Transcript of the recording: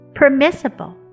permissible